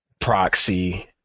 proxy